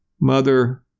Mother